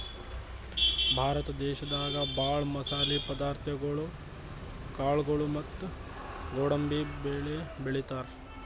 ಭಾರತ ದೇಶದಾಗ ಭಾಳ್ ಮಸಾಲೆ ಪದಾರ್ಥಗೊಳು ಕಾಳ್ಗೋಳು ಮತ್ತ್ ಗೋಡಂಬಿ ಬೆಳಿ ಬೆಳಿತಾರ್